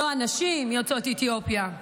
לא הנשים יוצאות אתיופיה.